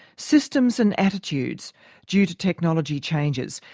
systems and attitudes due to technology changes.